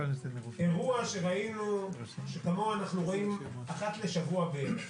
אירוע שראינו, שכמוהו אנחנו רואים אחד לשבוע בערך,